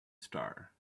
star